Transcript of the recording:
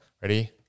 ready